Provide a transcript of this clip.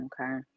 okay